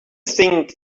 think